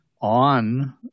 on